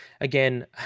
Again